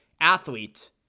athlete